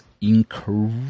incredible